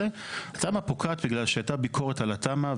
התמ"א פוקעת בגלל שהייתה ביקורת על התמ"א,